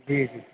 جی جی